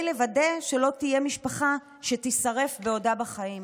לוודא שלא תהיה משפחה שתישרף בעודה בחיים.